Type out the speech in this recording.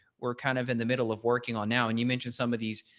we're kind of in the middle of working on now. and you mentioned some of these,